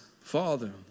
Father